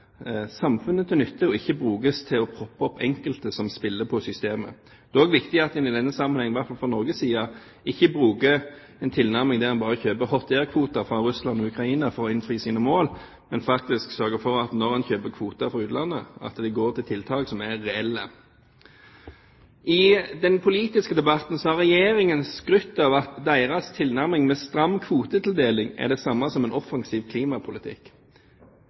samfunnet til nytte og ikke brukes til å «proppe opp» enkelte som spiller på systemet. Det er også viktig at man i denne sammenhengen, i hvert fall fra Norges side, ikke bruker en tilnærming der en bare kjøper «hot air»-kvoter fra Russland og Ukraina for å innfri sine mål, men faktisk sørger for at når en kjøper kvoter fra utlandet, så går de til tiltak som er reelle. I den politiske debatten har Regjeringen skrytt av at deres tilnærming med stram kvotetildeling er det samme som en offensiv klimapolitikk.